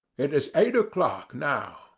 it is eight o'clock now,